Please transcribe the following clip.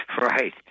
Right